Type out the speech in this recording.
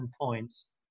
points